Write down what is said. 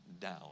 down